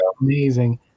amazing